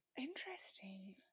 Interesting